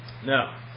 Now